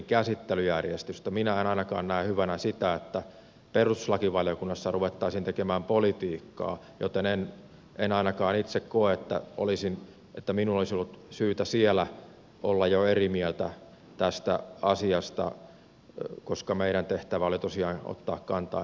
minä en ainakaan näe hyvänä sitä että perustuslakivaliokunnassa ruvettaisiin tekemään politiikkaa joten en ainakaan itse koe että minun olisi ollut syytä jo siellä olla eri mieltä tästä asiasta koska meidän tehtävämme oli tosiaan ottaa kantaa ennemminkin käsittelyjärjestykseen